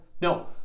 No